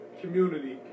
community